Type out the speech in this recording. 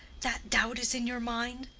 that doubt is in your mind?